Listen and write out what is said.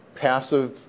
passive